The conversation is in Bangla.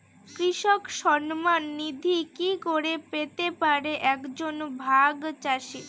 কৃষক সন্মান নিধি কি করে পেতে পারে এক জন ভাগ চাষি?